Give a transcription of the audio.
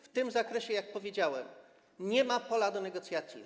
W tym zakresie, jak powiedziałem, nie ma pola do negocjacji.